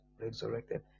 resurrected